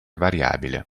variabile